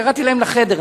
קראתי להם לחדר.